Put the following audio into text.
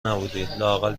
نبودی٬لااقل